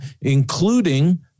including